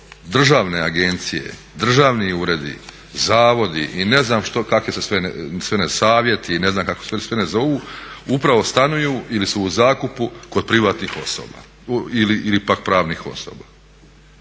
i ne znam što kakvi sve savjeti i ne znam kako se sve ne zovu upravo stanuju ili su u zakupu kod privatnih osoba ili pak pravnih osoba.